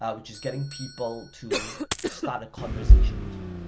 ah which is getting people to start a conversation with you.